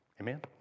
Amen